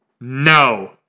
No